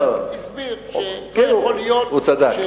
חבר הכנסת בר-און, הנגיד לא איים, הסביר, הוא צדק.